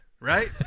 right